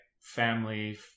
family